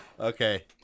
okay